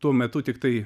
tuo metu tiktai